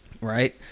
Right